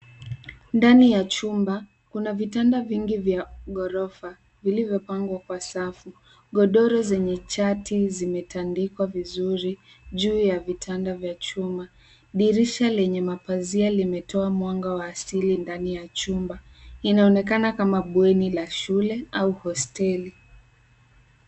Ndani ya chumba, kuna vitanda vingi vya ghorofa zilizopangwa kwa safu. Godoro zenye chati zimetandikwa vizuri juu ya vitanda vya chuma. Dirisha lenye mapazia limetoa mwanga wa asili ndani ya chumba. Linaonekana kama bweni la shule au hosteli.